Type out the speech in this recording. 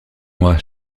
moi